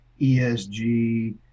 ESG